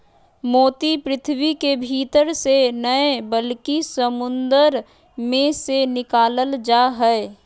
मोती पृथ्वी के भीतर से नय बल्कि समुंद मे से निकालल जा हय